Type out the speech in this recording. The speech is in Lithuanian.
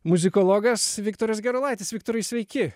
muzikologas viktoras gerulaitis viktorai sveiki